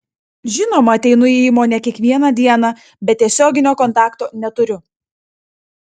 žinoma ateinu į įmonę kiekvieną dieną bet tiesioginio kontakto neturiu